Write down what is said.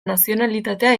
nazionalitatea